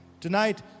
Tonight